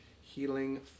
healing